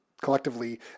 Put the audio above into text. collectively